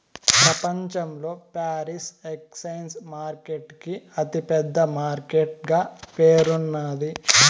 ప్రపంచంలో foreign exchange market కి అతి పెద్ద మార్కెట్ గా పేరున్నాది